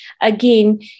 Again